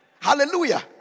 Hallelujah